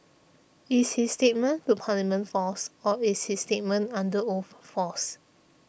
is his statement to Parliament false or is his statement under oath false